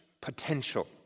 potential